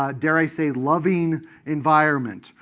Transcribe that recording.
ah dare i say loving environment.